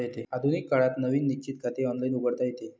आधुनिक काळात नवीन निश्चित खाते ऑनलाइन उघडता येते